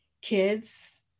kids